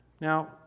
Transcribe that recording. Now